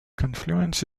confluence